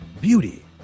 Beauty